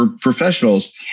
professionals